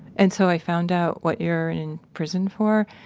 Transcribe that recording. and so i found out what you're in prison for,